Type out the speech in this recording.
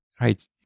Right